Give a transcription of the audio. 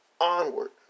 Onward